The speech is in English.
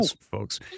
folks